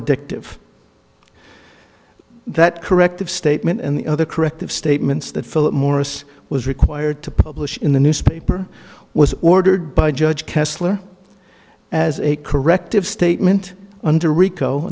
addictive that corrective statement and the other corrective statements that philip morris was required to publish in the newspaper was ordered by judge kessler as a corrective statement under rico